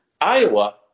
Iowa